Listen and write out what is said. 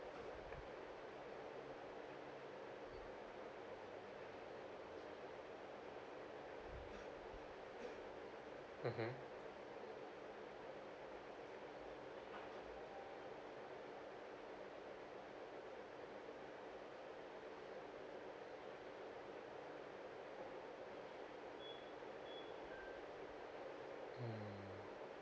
mmhmm